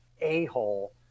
a-hole